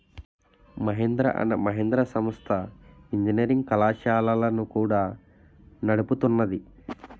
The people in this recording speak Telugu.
మహీంద్ర అండ్ మహీంద్ర సంస్థ ఇంజనీరింగ్ కళాశాలలను కూడా నడుపుతున్నాది